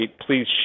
Please